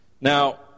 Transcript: Now